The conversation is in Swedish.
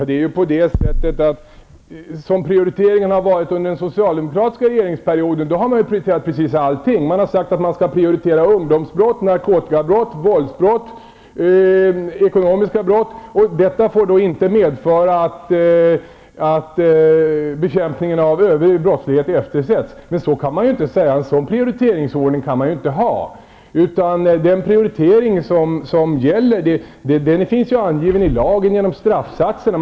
Fru talman! Under den socialdemokratiska regeringsperioden prioriterade man ju precis allting. Regeringen sade att man skall prioritera ungdomsbrott, narkotikabrott, våldsbrott och ekonomiska brott och att detta inte fick medföra att bekämpningen av övrig brottslighet eftersattes. Men en sådan prioriteringsordning kan man inte ha, utan den prioritering som gäller finns angiven i lagen genom straffsatserna.